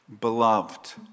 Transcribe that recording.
Beloved